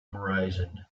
horizon